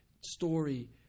story